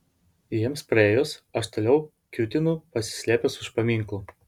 jiems praėjus aš toliau kiūtinu pasislėpęs už paminklų